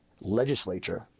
legislature